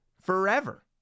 forever